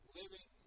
living